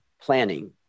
Planning